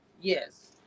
Yes